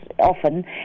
often